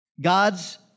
God's